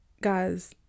Guys